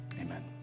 amen